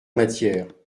matière